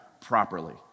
properly